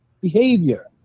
behavior